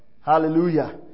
Hallelujah